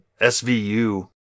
SVU